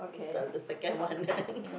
we start with the second one then